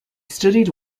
studied